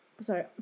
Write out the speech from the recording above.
sorry